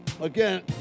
again